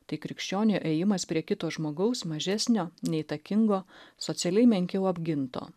tai krikščionio ėjimas prie kito žmogaus mažesnio neįtakingo socialiai menkiau apginto